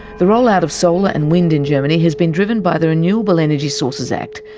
the rollout of solar and wind in germany has been driven by the renewable energy sources act,